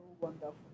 wonderful